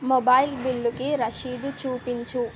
mobile బిల్లుకి రశీదు చూపించు